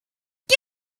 get